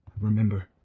remember